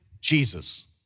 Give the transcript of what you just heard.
Jesus